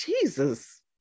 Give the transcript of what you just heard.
Jesus